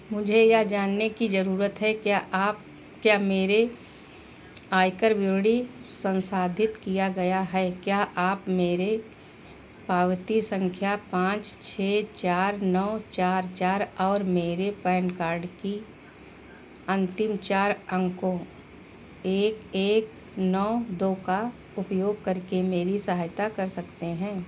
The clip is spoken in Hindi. मुझे यह जानने की ज़रूरत है कि क्या आप क्या मेरे आयकर विवरणी संसाधित किया गया है क्या आप मेरी पावती संख्या पाँच छः चार नौ चार चार और मेरे पैन कार्ड के अंतिम चार अंकों एक एक नौ दो का उपयोग करके मेरी सहायता कर सकते हैं